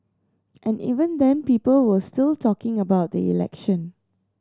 and even then people were still talking about the election